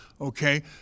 okay